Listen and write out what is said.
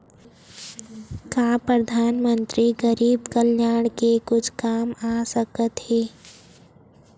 का परधानमंतरी गरीब कल्याण के कुछु काम आ सकत हे